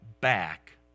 back